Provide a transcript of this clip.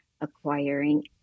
acquiring